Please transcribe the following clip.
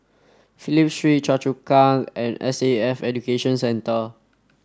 Phillip Street Choa Chu Kang and S A F Education Centre